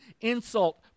insult